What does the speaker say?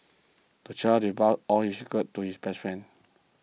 the child divulged all his secrets to his best friend